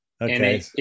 Okay